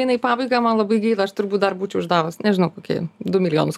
eina į pabaigą man labai gaila aš turbūt dar būčiau uždavus nežinau kokį du milijonus